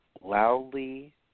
loudly